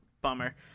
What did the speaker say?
bummer